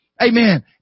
amen